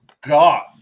God